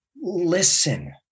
listen